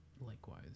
Likewise